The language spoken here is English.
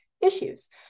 issues